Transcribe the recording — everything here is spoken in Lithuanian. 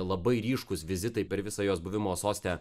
labai ryškūs vizitai per visą jos buvimo soste